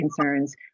concerns